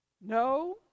No